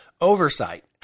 Oversight